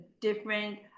different